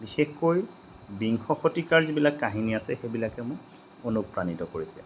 বিশেষকৈ বিংশ শতিকাৰ যিবিলাক কাহিনী আছে সেইবিলাকে মোক অনুপ্ৰাণিত কৰিছে